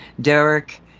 Derek